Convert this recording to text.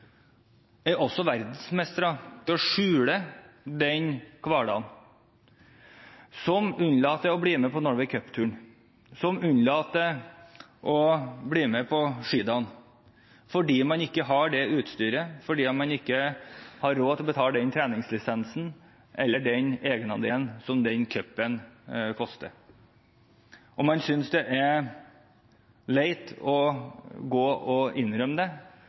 også er verdensmestre i å skjule den hverdagen. De unnlater å bli med på Norway Cup-turen, de unnlater å bli med på skidagen fordi de ikke har utstyr, og fordi de ikke har råd til å betale treningslisensen eller egenandelen som f.eks. den cup-en koster. Og de synes det er leit å innrømme det,